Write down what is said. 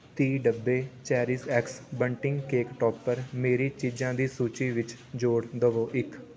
ਤੀਹ ਡੱਬੇ CherishX bunting cake topper ਮੇਰੀ ਚੀਜ਼ਾਂ ਦੀ ਸੂਚੀ ਵਿੱਚ ਜੋੜ ਦੇਵੋ ਇੱਕ